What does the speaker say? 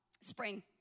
spring